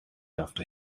after